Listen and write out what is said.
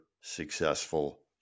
successful